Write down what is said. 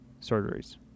surgeries